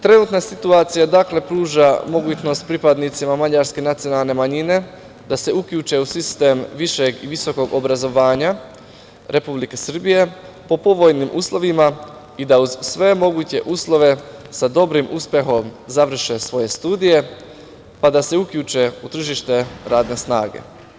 Trenutna situacija pruža mogućnost pripadnicima mađarske nacionalne manjine da se uključe u sistem višeg i visokog obrazovanja Republike Srbije po povoljnim uslovima i da uz sve moguće uslove sa dobrim uspehom završe svoje studije, pa da se uključe u tržište radne snage.